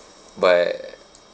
but